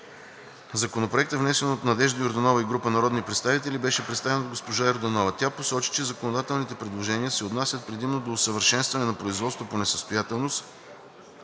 Законопроектът, внесен от Надежда Йорданова и група народни представители, беше представен от госпожа Йорданова. Тя посочи, че законодателните предложения се отнасят предимно до усъвършенстване на производството по несъстоятелност